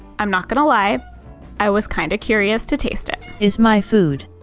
i'm not gonna lie i was kind of curious to taste it. is my food.